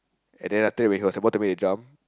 and then after that when he was suppose to make his jump